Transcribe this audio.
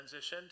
transitioned